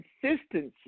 consistency